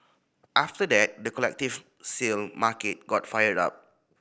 after that the collective sale market got fired up